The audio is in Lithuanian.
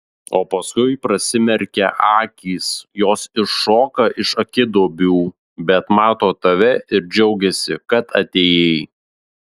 o paskui prasimerkia akys jos iššoka iš akiduobių bet mato tave ir džiaugiasi kad atėjai